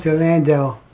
landau,